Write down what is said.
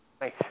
Nice